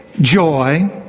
joy